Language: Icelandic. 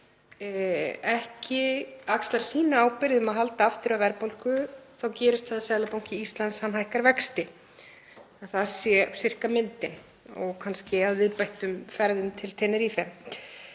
ekki sína ábyrgð um að halda aftur af verðbólgu þá gerist það að Seðlabanki Íslands hækkar vexti, það sé sirka myndin og kannski að viðbættum ferðum til Tenerife.